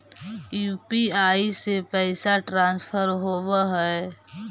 UPI से पैसा transfer होवहै?